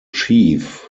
chief